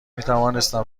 میتوانستم